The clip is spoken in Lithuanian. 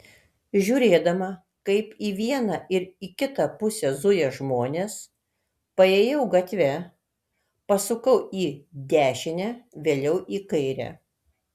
žiūrėdama kaip į vieną ir į kitą pusę zuja žmonės paėjau gatve pasukau į dešinę vėliau į kairę